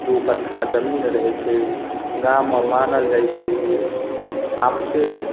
दू कट्ठा जमीन रहै छै गाम मे मानल जाइ छै जे आपसे